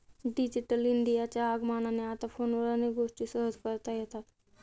digital इंडियाच्या आगमनाने आता फोनवर अनेक गोष्टी सहज करता येतात